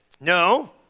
No